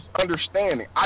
understanding